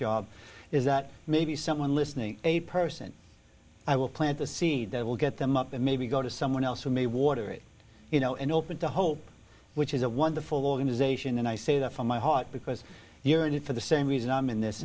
job is that maybe someone listening a person i will plant the seed that will get them up and maybe go to someone else for me water it you know and open to hope which is a wonderful organization and i say that from my heart because you're in it for the same reason i'm in this